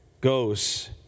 goes